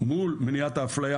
מול מניעת האפליה,